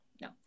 No